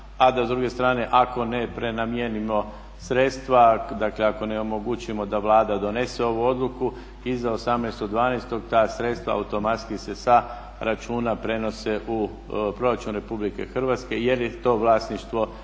a da s druge strane ako ne prenamijenimo sredstva, dakle ako ne omogućimo da Vlada donese ovu odluku iz 18.12. ta sredstva automatski se sa računa prenose u proračun Republike Hrvatske jer je to vlasništvo